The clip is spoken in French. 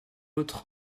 autre